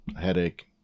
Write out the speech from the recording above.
headache